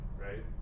right